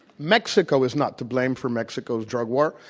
mexico is not to blame for mexico's drug war,